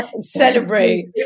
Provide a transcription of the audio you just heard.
celebrate